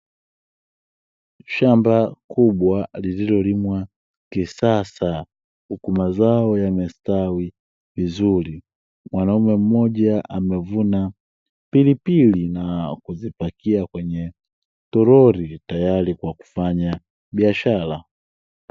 Shamba kubwa lililolimwa kisasa, huku mazao ya mistawi vizuri. Mwanaume mmoja amevuna pilipili na kuzipakia kwenye toroli, tayari kwa kufanya biashara.